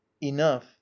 enough